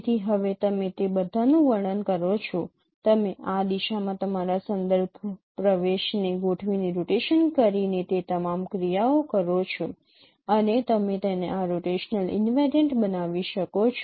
તેથી હવે તમે તે બધાંનું વર્ણન કરો છો તમે આ દિશામાં તમારા સંદર્ભ પ્રવેશને ગોઠવીને રોટેશન કરીને તે તમામ ક્રિયાઓ કરો છો અને તમે તેને આ રીતે રોટેશનલ ઈનવેરિયન્ટ બનાવી શકો છો